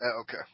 Okay